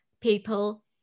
people